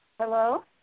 Hello